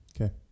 Okay